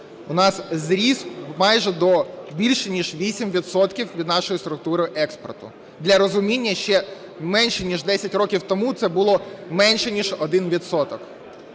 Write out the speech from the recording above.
у нас зріс майже до більше ніж 8 відсотків від нашої структури експорту. Для розуміння, ще менше ніж 10 років тому це було менше ніж 1